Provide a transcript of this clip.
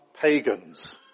pagans